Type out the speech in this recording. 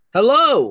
Hello